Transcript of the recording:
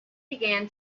began